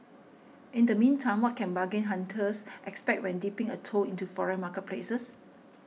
in the meantime what can bargain hunters expect when dipping a toe into foreign marketplaces